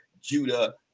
Judah